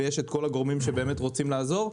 ויש את כל הגורמים שרוצים לעזור,